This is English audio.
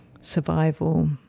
survival